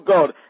God